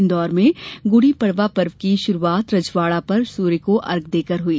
इंदौर में गुड़ी पडवा पर्व की शुरूआत राजवाडा पर सूर्य को अर्ध्य देकर हुई